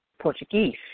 Portuguese